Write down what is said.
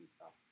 up